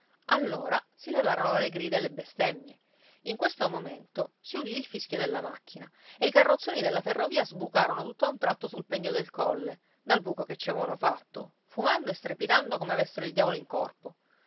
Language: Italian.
allora si levarono le grida e le bestemmie in questo momento si udì il fischio della macchina e i carrozzoni della ferrovia sbucarono tutt'a un tratto sul pendio del colle dal buco che ci avevano fatto fumando e strepitando come avessero il diavolo in corpo